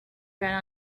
ran